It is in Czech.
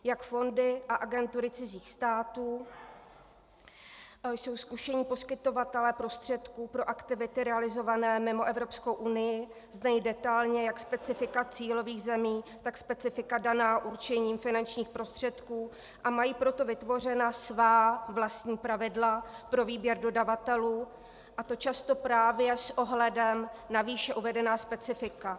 Jak fondy a agentury cizích států jsou zkušení poskytovatelé prostředků pro aktivity realizované mimo Evropskou unii, znají detailně jak specifika cílových zemí, tak specifika daná určením finančních prostředků, a mají proto vytvořena svá vlastní pravidla pro výběr dodavatelů, a to často právě s ohledem na výše uvedená specifika.